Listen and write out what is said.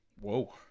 whoa